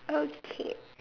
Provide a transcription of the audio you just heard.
okay